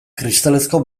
kristalezko